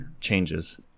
changes